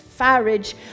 Farage